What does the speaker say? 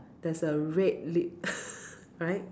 there's a red lip right